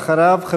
ואחריו,